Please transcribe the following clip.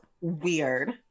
weird